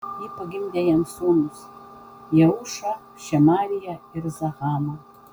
ji pagimdė jam sūnus jeušą šemariją ir zahamą